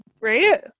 right